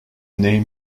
name